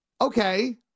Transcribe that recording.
Okay